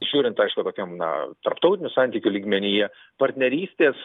žiūrint aišku tokiam na tarptautinių santykių lygmenyje partnerystės